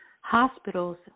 hospitals